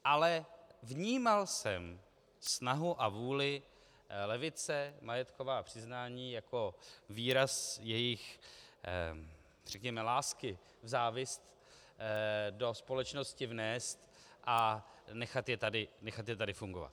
Ale vnímal jsem snahu a vůli levice majetková přiznání jako výraz jejich, řekněme, lásky k závisti do společnosti vnést a nechat je tady fungovat.